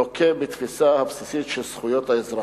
לוקה בתפיסה הבסיסית של זכויות האזרח.